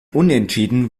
unentschieden